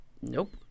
Nope